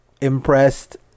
impressed